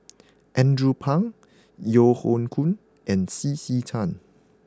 Andrew Phang Yeo Hoe Koon and C C Tan